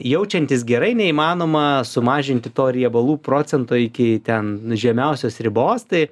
jaučiantis gerai neįmanoma sumažinti to riebalų procento iki ten žemiausios ribos tai